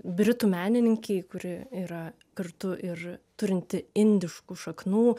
britų menininkei kuri yra kartu ir turinti indiškų šaknų